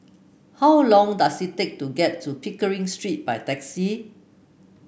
how long does it take to get to Pickering Street by taxi